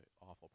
awful